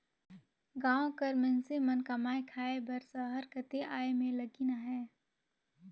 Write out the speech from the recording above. गाँव कर मइनसे मन कमाए खाए बर सहर कती आए में लगिन अहें